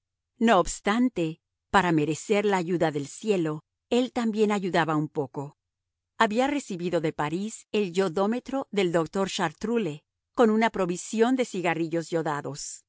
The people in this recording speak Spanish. no obstante para merecer la ayuda del cielo él también ayudaba un poco había recibido de parís el yodómetro del doctor chartroule con una provisión de cigarrillos yodados